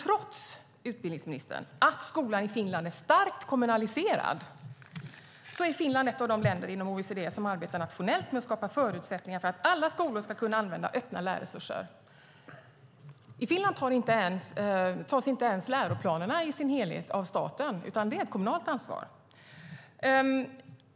Trots, utbildningsministern, att skolan i Finland är starkt kommunaliserad är Finland ett av de länder inom OECD som arbetar nationellt med att skapa förutsättningar för att alla skolor ska kunna använda öppna lärresurser. I Finland antas inte ens läroplanerna i sin helhet av staten, utan det är ett kommunalt ansvar.